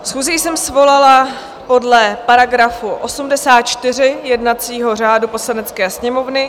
Schůzi jsem svolala podle § 84 jednacího řádu Poslanecké sněmovny.